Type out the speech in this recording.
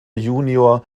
junior